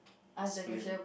explain